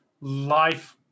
life